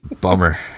Bummer